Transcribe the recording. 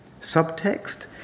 Subtext